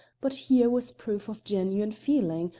but here was proof of genuine feeling,